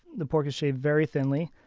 the pork is shaved very thinly.